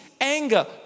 Anger